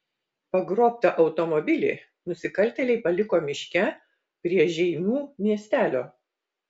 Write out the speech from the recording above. pagrobtą automobilį nusikaltėliai paliko miške prie žeimių miestelio